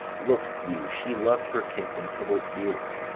look you, she lov'd her kinsman tybalt dearly,